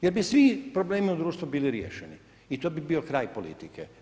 Jer bi svi problemi u društvu bili riješeni i to bi bilo kraj politike.